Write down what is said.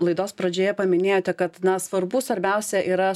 laidos pradžioje paminėjote kad na svarbu svarbiausia yra